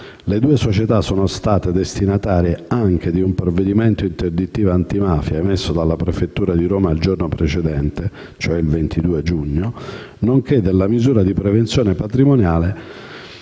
Le due società sono state destinatarie anche di un provvedimento interdittivo antimafia emesso dalla prefettura di Roma il giorno precedente, cioè il 22 giugno, nonché della misura di prevenzione patrimoniale